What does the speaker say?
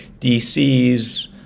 DCs